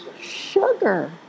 sugar